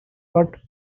but